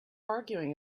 arguing